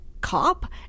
cop